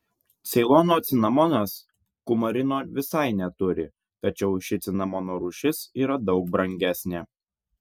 ceilono cinamonas kumarino visai neturi tačiau ši cinamono rūšis yra daug brangesnė